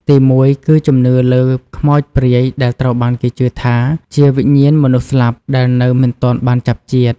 ទីមួយ គឺជំនឿលើខ្មោចព្រាយដែលត្រូវបានគេជឿថាជាវិញ្ញាណមនុស្សស្លាប់ដែលនៅមិនទាន់បានចាប់ជាតិ។